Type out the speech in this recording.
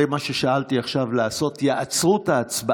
זה מה ששאלתי עכשיו, יעצרו את ההצבעה